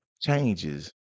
changes